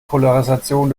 polarisation